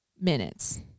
minutes